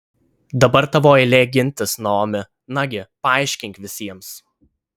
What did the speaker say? dabar tavo eilė gintis naomi nagi paaiškink visiems